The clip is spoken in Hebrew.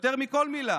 יותר מכל מילה.